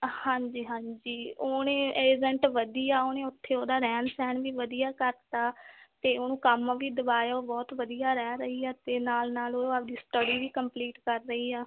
ਹਾਂਜੀ ਹਾਂਜੀ ਉਹਨੇ ਏਜੰਟ ਵਧੀਆ ਉਹਨੇ ਉੱਥੇ ਉਹਦਾ ਰਹਿਣ ਸਹਿਣ ਵੀ ਵਧੀਆ ਕਰਤਾ ਅਤੇ ਉਹਨੂੰ ਕੰਮ ਵੀ ਦਿਵਾਇਆ ਉਹ ਬਹੁਤ ਵਧੀਆ ਰਹਿ ਰਹੀ ਆ ਅਤੇ ਨਾਲ ਨਾਲ ਉਹ ਆਪਦੀ ਸਟੱਡੀ ਵੀ ਕੰਪਲੀਟ ਕਰ ਰਹੀ ਆ